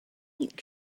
that